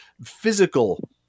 physical